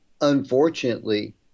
unfortunately